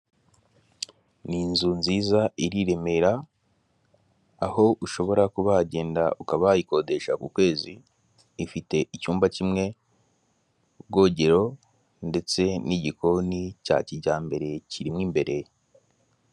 Ni inzu nziza iri i Remera, aho ushobora kuba wagenda ukaba wayikodesha ku kwezi, ifite icyumba kimwe, ubwogero ndetse n'igikoni cya kijyambere kirimo imbere.